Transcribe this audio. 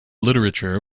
literature